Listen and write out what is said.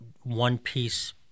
one-piece